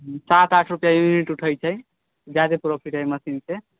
सात आठ रुपआ यूनिट उठै छै जादे प्रोफ़िट एहि मशीन के